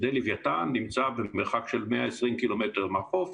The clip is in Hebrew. שדה לוויתן נמצא במרחק של 120 קילומטר מהחוף,